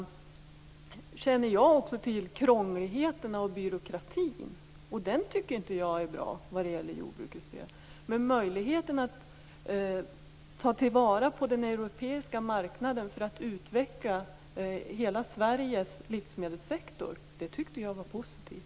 Jag känner också till krångligheterna och byråkratin, och det tycker inte jag är bra vad gäller jordbruket. Men möjligheten att ta till vara den europeiska marknaden för att utveckla hela Sveriges livsmedelssektor tycker jag är positiv.